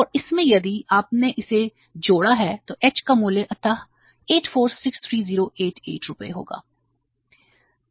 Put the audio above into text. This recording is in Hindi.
और इसमें यदि आपने इसे जोड़ा है तो h का मूल्य अंततः 8463088 रुपये होगा